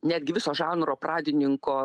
netgi viso žanro pradininko